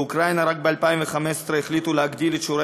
באוקראינה רק ב-2015 החליטו להגדיל את מספר שיעורי